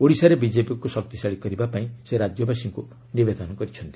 ଓଡ଼ିଶାରେ ବିଜେପିକୁ ଶକ୍ତିଶାଳୀ କରିବା ପାଇଁ ସେ ରାଜ୍ୟବାସୀଙ୍କୁ ନିବେଦନ କରିଚ୍ଛନ୍ତି